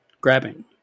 grabbing